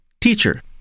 Teacher